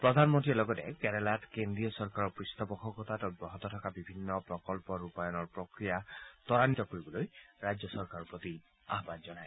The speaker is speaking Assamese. প্ৰধানমন্ত্ৰীয়ে লগতে কেৰালাত কেন্দ্ৰীয় চৰকাৰৰ পৃষ্ঠপোষকতাত অব্যাহত থকা বিভিন্ন প্ৰকল্পৰ ৰূপায়নৰ প্ৰক্ৰিয়া তৰান্নিত কৰিবলৈ ৰাজ্য চৰকাৰৰ প্ৰতি আহ্বান জনায়